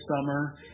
summer